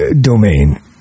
domain